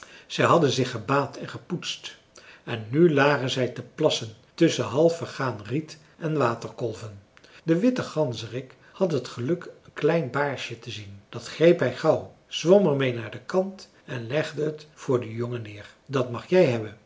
zij hadden zich gebaad en gepoetst en nu lagen zij te plassen tusschen half vergaan riet en waterkolven de witte ganzerik had het geluk een klein baarsje te zien dat greep hij gauw zwom er mee naar den kant en legde het voor den jongen neer dat mag jij hebben